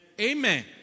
Amen